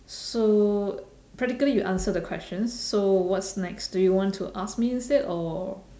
so practically you answered the question so what's next do you want to ask me instead or